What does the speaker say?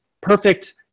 perfect